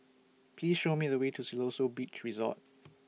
Please Show Me The Way to Siloso Beach Resort